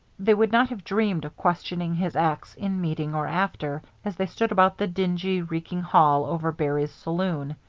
they would not have dreamed of questioning his acts in meeting or after, as they stood about the dingy, reeking hall over barry's saloon.